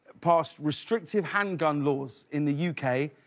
passed restrictive handgun laws in the u k,